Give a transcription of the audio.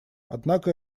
однако